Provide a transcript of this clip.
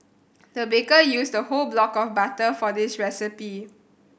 the baker used a whole block of butter for this recipe